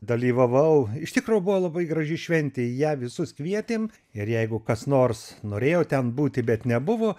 dalyvavau iš tikro buvo labai graži šventė į ją visus kvietėm ir jeigu kas nors norėjo ten būti bet nebuvo